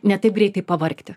ne taip greitai pavargti